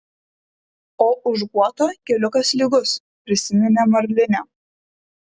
o už guoto keliukas lygus prisiminė marlinė